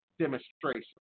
Demonstration